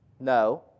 No